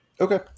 okay